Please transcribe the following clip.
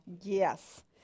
Yes